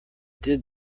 did